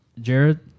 Jared